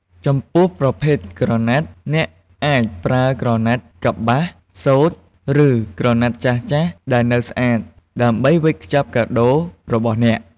ចំពោះប្រភេទក្រណាត់ អ្នកអាចប្រើ ក្រណាត់កប្បាស សូត្រ ឬ ក្រណាត់ចាស់ៗដែលនៅស្អាត ដើម្បីវេចខ្ចប់កាដូររបស់អ្នក។